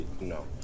No